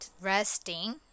RESTING